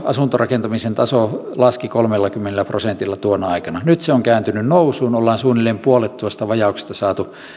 asuntorakentamisen taso laski kolmellakymmenellä prosentilla nyt se on kääntynyt nousuun ollaan suunnilleen puolet tuosta vajauksesta saatu